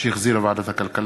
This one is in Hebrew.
שהחזירה ועדת הכלכלה,